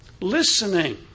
Listening